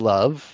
Love